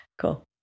Cool